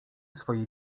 swoje